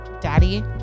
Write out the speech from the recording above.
daddy